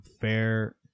fair